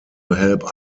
help